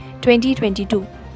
2022